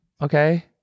Okay